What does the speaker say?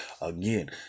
again